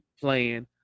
playing